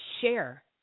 share